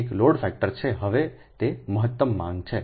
તેથી હવે આ એક લોડ ફેક્ટર છે હવે તે મહત્તમ માંગ છે